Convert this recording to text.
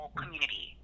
community